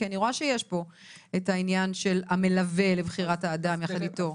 כי אני רואה שיש פה את העניין של המלווה לבחירת האדם יחד איתו.